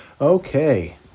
Okay